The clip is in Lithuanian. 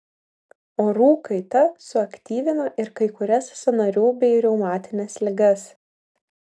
orų kaita suaktyvina ir kai kurias sąnarių bei reumatines ligas